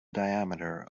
diameter